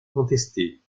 contestées